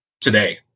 today